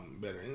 better